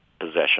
possession